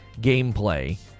gameplay